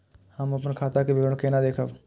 हम अपन खाता के विवरण केना देखब?